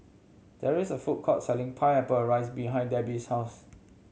there is a food court selling Pineapple Fried rice behind Debbie's house